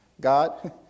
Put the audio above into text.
God